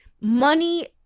money